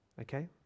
okay